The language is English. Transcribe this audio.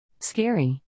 Scary